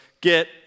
get